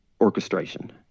orchestration